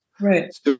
Right